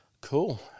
Cool